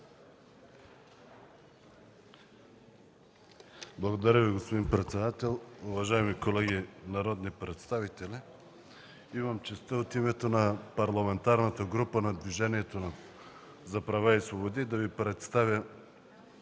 Благодаря Ви, господин председател. Уважаеми колеги народни представители! Имам честта от името на Парламентарната група на Движението за права и свободи да Ви представя